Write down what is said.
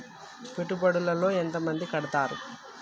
పెట్టుబడుల లో ఎంత మంది కడుతరు?